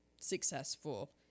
successful